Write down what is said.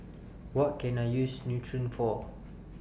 What Can I use Nutren For